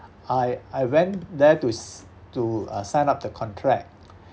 I I went there to s~ to uh sign up the contract